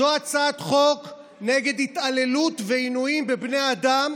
זו הצעת חוק נגד התעללות ועינויים בבני אדם,